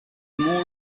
more